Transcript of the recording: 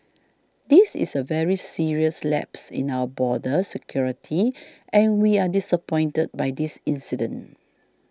this is a very serious lapse in our border security and we are disappointed by this incident